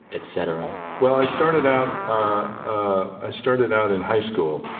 et cetera well, i started out ah ah i started out in high school.